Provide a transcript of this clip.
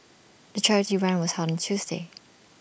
the charity run was held on Tuesday